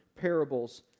parables